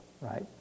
right